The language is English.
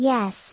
Yes